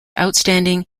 outstanding